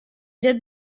dit